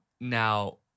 now